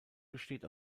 besteht